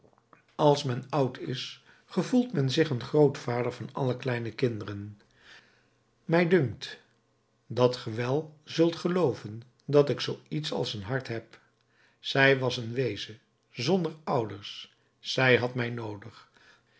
als men oud is gevoelt men zich een grootvader van alle kleine kinderen mij dunkt dat ge wel zult gelooven dat ik zoo iets als een hart heb zij was een weeze zonder ouders zij had mij noodig